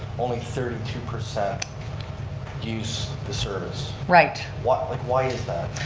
only thirty two percent use the service. right. why like why is that?